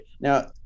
Now